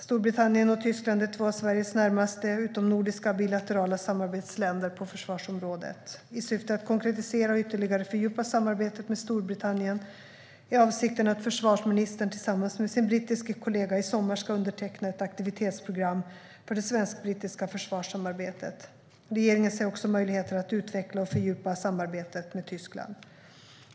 Storbritannien och Tyskland är två av Sveriges närmaste utomnordiska bilaterala samarbetsländer på försvarsområdet. I syfte att konkretisera och ytterligare fördjupa samarbetet med Storbritannien är avsikten att försvarsministern tillsammans med sin brittiske kollega i sommar ska underteckna ett aktivitetsprogram för det svensk-brittiska försvarssamarbetet. Regeringen ser också möjligheter att utveckla och fördjupa samarbetet med Tyskland.